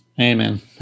Amen